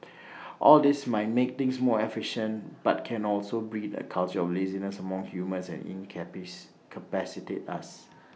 all this might make things more efficient but can also breed A culture of laziness among humans and incapacitate us